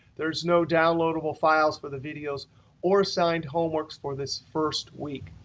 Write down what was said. there is no downloadable files for the videos or assigned homework for this first week.